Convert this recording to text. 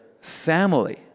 family